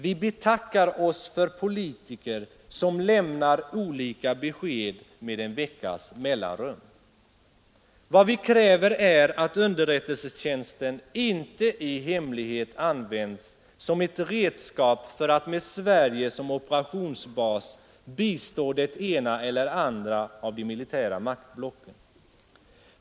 Vi betackar oss för politiker som lämnar olika besked med en veckas mellanrum. Vad vi kräver är att underrättelsetjänsten inte i hemlighet används som ett redskap för att med Sverige som operationsbas bistå det ena eller andra av de militära maktblocken.